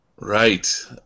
Right